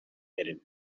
ernest